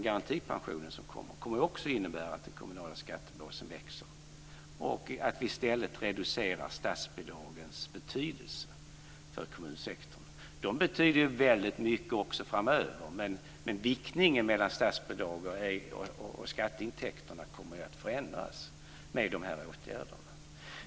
Garantipensionen kommer också att innebära att den kommunala skattebasen växer och att vi i stället reducerar statsbidragens betydelse för kommunsektorn. De betyder mycket också framöver. Men viktningen mellan statsbidrag och skatteintäkter kommer att förändras med de här åtgärderna.